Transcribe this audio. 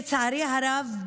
לצערי הרב,